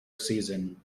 season